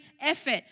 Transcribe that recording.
effort